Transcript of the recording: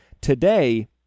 Today